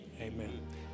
Amen